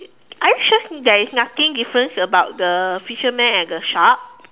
are you sure there is nothing difference about the fisherman and the shark